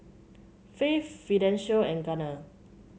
Faith Fidencio and Gunner